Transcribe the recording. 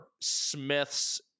smiths